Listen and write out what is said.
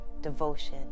devotion